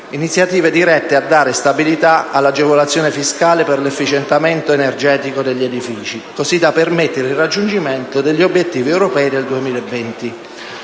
iniziative dirette a dare stabilità all'agevolazione fiscale per l'efficientamento energetico degli edifici, così da permettere - ripeto - il raggiungimento degli obiettivi europei al 2020.